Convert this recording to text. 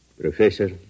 Professor